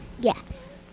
Yes